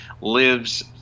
lives